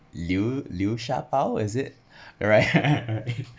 流流沙包liu liu sha bao is it alright